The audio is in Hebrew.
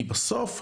כי בסוף,